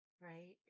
right